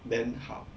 then how